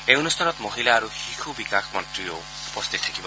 এই অনুষ্ঠানত মহিলা আৰু শিশু বিকাশ মন্ত্ৰীও উপস্থিত থাকিব